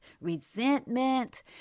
resentment